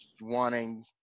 wanting